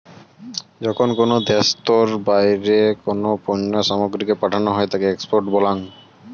যখন কোনো দ্যাশোতর বাইরে কোনো পণ্য সামগ্রীকে পাঠানো হই তাকে এক্সপোর্ট বলাঙ